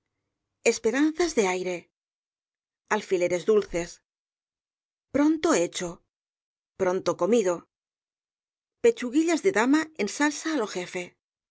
esperanzas de aire alfileres dulces pronto hecho pronto comido pechnguillas de dama en salsa á lo jefe